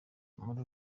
muri